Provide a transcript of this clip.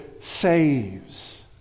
saves